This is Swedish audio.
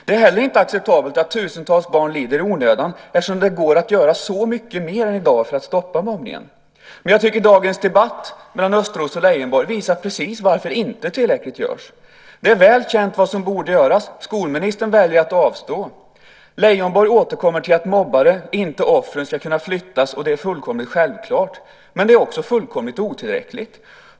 Det är heller inte acceptabelt att tusentals barn lider i onödan. Det går att göra så mycket mer för att stoppa mobbningen. Dagens debatt mellan Thomas Östros och Lars Leijonborg visar just varför inte tillräckligt görs. Det är väl känt vad som borde göras. Skolministern väljer att avstå. Lars Leijonborg återkommer till att mobbare, inte offren, ska kunna flyttas. Det är fullkomligt självklart, men det är också fullkomligt otillräckligt.